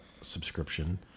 subscription